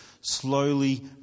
slowly